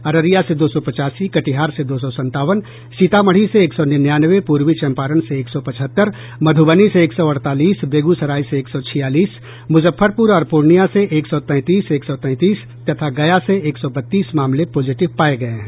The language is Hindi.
अररिया से दो सौ पचासी कटिहार से दो सौ संतावन सीतामढ़ी से एक सौ निन्यानवे पूर्वी चंपारण से एक सौ पचहत्तर मधुबनी से एक सौ अड़तालीस बेगूसराय से एक सौ छियालीस मुजफ्फरपुर और पूर्णिया से एक सौ तैंतीस एक सौ तैंतीस तथा गया से एक सौ बत्तीस मामले पॉजिटिव पाये गये हैं